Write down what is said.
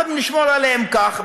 הבה ונשמור עליהם כך,